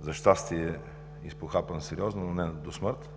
за щастие изпохапан сериозно, но не до смърт